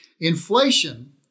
inflation